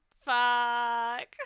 Fuck